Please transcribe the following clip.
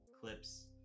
clips